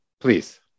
please